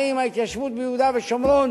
האם ההתיישבות ביהודה ושומרון